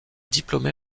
diplômée